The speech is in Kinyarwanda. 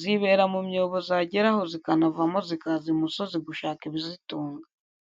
zibera mu myobo zagera aho zikanavamo zikaza imusozi gushaka ibizitunga.